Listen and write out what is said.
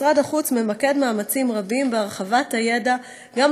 משרד החוץ ממקד מאמצים רבים בהרחבת הידע גם